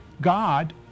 God